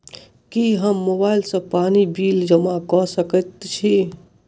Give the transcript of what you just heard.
की हम मोबाइल सँ पानि बिल जमा कऽ सकैत छी?